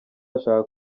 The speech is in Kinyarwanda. urashaka